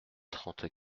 trente